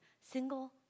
single